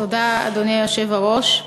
אדוני היושב-ראש,